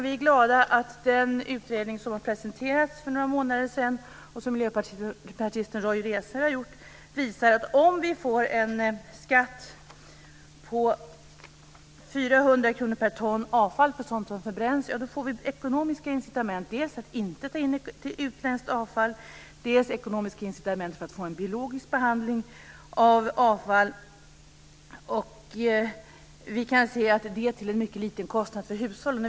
Vi är glada att den utredning som presenterades för några månader sedan, som miljöpartisten Roy Resare har gjort, visar att om vi får en skatt på 400 kr per ton för sådant avfall som förbränns får vi ekonomiska incitament för att inte ta in utländskt avfall och för att få en biologisk behandling av avfall. Det kan ske till en mycket liten kostnad för hushållen.